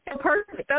Perfect